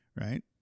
right